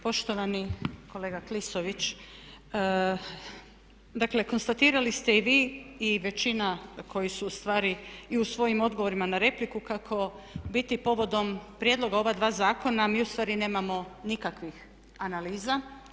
Poštovani kolega Klisović, dakle konstatirali ste i vi i većina koji su u stvari i u svojim odgovorima na repliku kako u biti povodom prijedloga ova dva zakona mi u stvari nemamo nikakvih analiza.